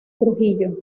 trujillo